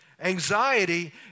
Anxiety